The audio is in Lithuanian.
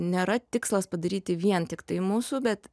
nėra tikslas padaryti vien tiktai mūsų bet